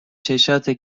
چشاته